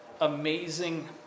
amazing